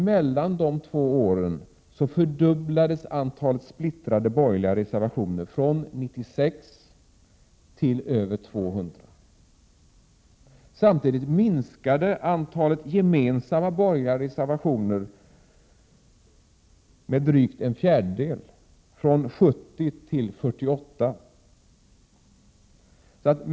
Mellan de två riksmötena fördubblades antalet splittrade borgerliga reservationer från 96 till över 200. Samtidigt minskade antalet gemensamma borgerliga reservationer med drygt en fjärdedel, från 70 till 48.